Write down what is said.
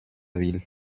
ville